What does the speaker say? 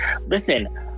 listen